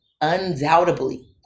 undoubtedly